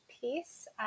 piece